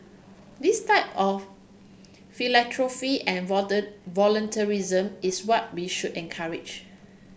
this type of philanthropy and volunteerism is what we should encourage